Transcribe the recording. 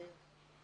מבחינתכם.